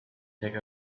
take